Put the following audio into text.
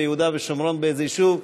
ביהודה ושומרון באיזה יישוב,